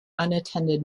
unattended